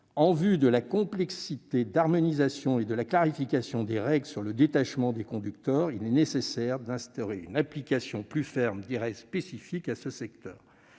Vu la complexité de l'harmonisation et de la clarification des règles sur le détachement des conducteurs, il est nécessaire d'instaurer une application plus ferme des règles spécifiques à ce secteur.